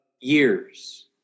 years